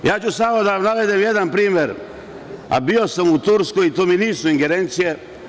Samo ću da vam navedem jedan primer, a bio sam u Turskoj, to mi nisu ingerencije.